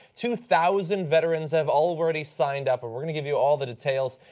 two thousand veterans have already signed up, and we're going to give you all the details.